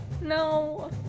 No